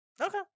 Okay